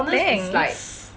thanks